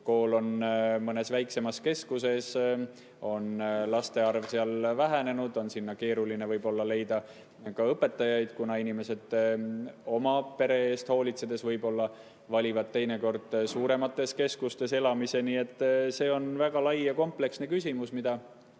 kool on mõnes väiksemas keskuses, laste arv seal on vähenenud, siis on sinna keeruline võib-olla leida ka õpetajaid, kuna inimesed oma pere eest hoolitsedes valivad teinekord suuremates keskustes elamise. Nii et see on väga lai ja kompleksne küsimus, mida